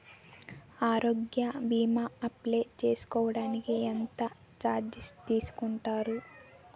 ఆరోగ్య భీమా అప్లయ్ చేసుకోడానికి ఎంత చార్జెస్ తీసుకుంటారు?